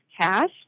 cash